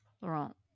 laurent